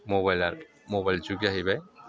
mobile आरो mobile जुग जाहैबाय